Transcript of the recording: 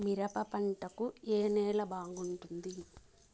మిరప పంట కు ఏ నేల బాగుంటుంది?